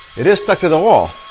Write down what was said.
it is stuck to the wall.